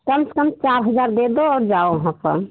कम से कम चार हज़ार दे दो और जाओ वहाँ पर